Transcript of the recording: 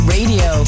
Radio